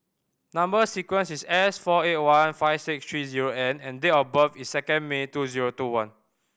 number sequence is S four eight one five six three zero N and date of birth is second May two zero two one